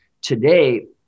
today